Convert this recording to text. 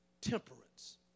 temperance